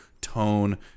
tone